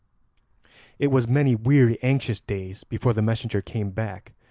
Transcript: it was many weary anxious days before the messenger came back,